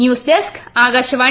news desk Akashvani